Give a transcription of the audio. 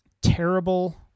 terrible